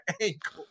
ankle